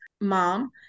mom